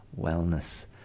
wellness